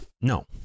no